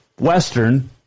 Western